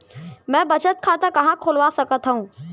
मै बचत खाता कहाँ खोलवा सकत हव?